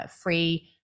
free